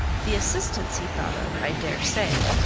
the assistance he thought of, i dare say,